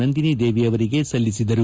ನಂದಿನಿ ದೇವಿ ಅವರಿಗೆ ಸಲ್ಲಿಸಿದರು